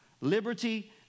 liberty